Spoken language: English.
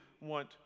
want